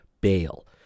bail